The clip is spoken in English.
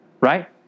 Right